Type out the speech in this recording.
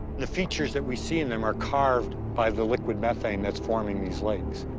the features that we see in them are carved by the liquid methane that's forming these lakes.